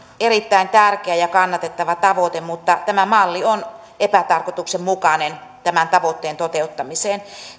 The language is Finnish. erittäin tärkeä ja kannatettava tavoite mutta tämä malli on epätarkoituksenmukainen tämän tavoitteen toteuttamiseen